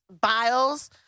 Biles